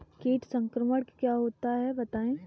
कीट संक्रमण क्या होता है बताएँ?